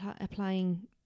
applying